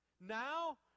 Now